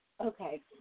Okay